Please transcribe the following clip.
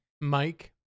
Mike